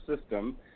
system